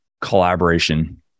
collaboration